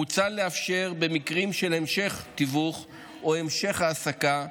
מוצע לאפשר במקרים של המשך תיווך או המשך העסקה,